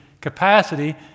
capacity